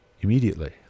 immediately